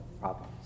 problems